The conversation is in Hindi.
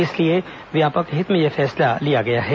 इसलिए व्यापक हित में यह फैसला लिया गया है